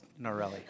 Norelli